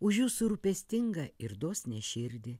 už jūsų rūpestingą ir dosnią širdį